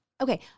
okay